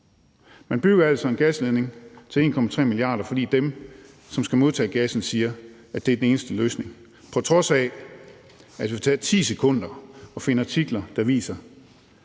Man bygger altså en gasledning til 1,3 mia. kr., fordi dem, der skal modtage gassen, siger, at det er den eneste løsning, på trods af at det vil tage 10 sekunder at finde artikler, der viser,